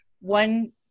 one